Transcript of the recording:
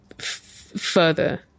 further